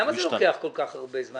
למה זה וקח כל כך הרבה זמן?